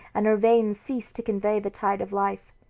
and her veins ceased to convey the tide of life.